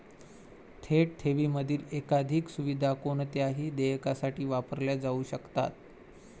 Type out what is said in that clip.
थेट ठेवींमधील एकाधिक सुविधा कोणत्याही देयकासाठी वापरल्या जाऊ शकतात